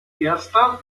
erster